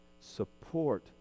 Support